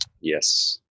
Yes